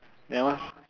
then what's